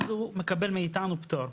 אז הוא מקבל מאיתנו פטור.